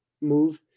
move